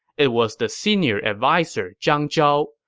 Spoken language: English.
it was the senior adviser zhang zhao,